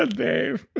ah dave,